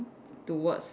towards